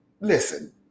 listen